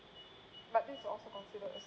but this is also considered as